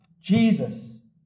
Jesus